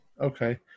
Okay